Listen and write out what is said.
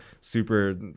super